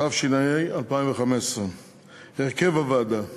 התשע"ה 2015. הרכב הוועדה: